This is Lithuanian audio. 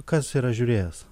kas yra žiūrėjęs